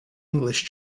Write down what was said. english